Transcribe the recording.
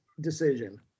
decision